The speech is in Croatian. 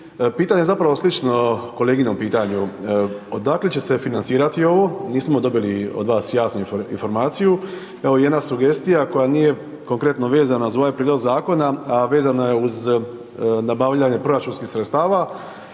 Pitanje je zapravo slično koleginom pitanju. Odakle će se financirati ovo, nismo dobili od vas jasnu informaciju, evo i jedna sugestija koja nije konkretno vezana ta ovaj prijedlog zakona, a vezana je uz nabavljanje proračunskih sredstava.